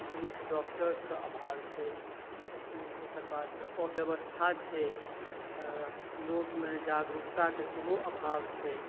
नीक डॉक्टर्सके अभाव छै ओकर बादसँ अव्यवस्था छै लोकमे जागरुकता कऽ सेहो अभाव छै